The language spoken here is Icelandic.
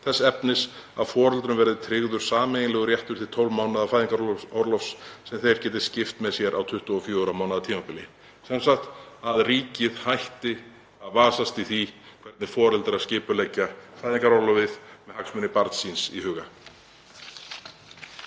þess efnis að foreldrum verði tryggður sameiginlegur réttur til tólf mánaða fæðingarorlofs sem þeir geti skipt með sér á 24 mánaða tímabili.“ Sem sagt að ríkið hætti að vasast í því hvernig foreldrar skipuleggja fæðingarorlofið með hagsmuni barnsins í huga.